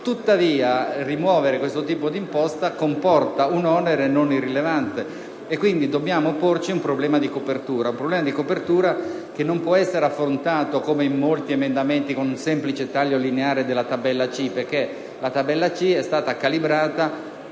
mondo. Rimuovere questo tipo d'imposta, tuttavia, comporta un onere non irrilevante e quindi dobbiamo porci un problema di copertura che non può essere affrontato, come in molti emendamenti, con un semplice taglio lineare della tabella C, perché questa tabella è stata calibrata